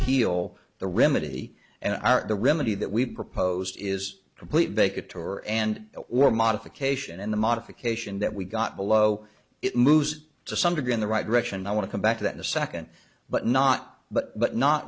appeal the remedy and are the remedy that we've proposed is complete make it or and or modification in the modification that we got below it moves to some degree in the right direction i want to come back to that in a second but not but